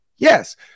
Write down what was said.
yes